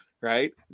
right